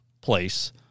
place